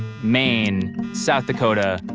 maine, south dakota,